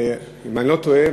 אם אני לא טועה,